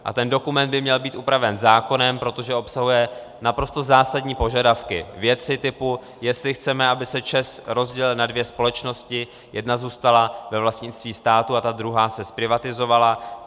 A ten dokument by měl být upraven zákonem, protože obsahuje naprosto zásadní požadavky, věci typu, jestli chceme, aby se ČEZ rozdělil na dvě společnosti a jedna zůstala ve vlastnictví státu a druhá se zprivatizovala.